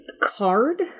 card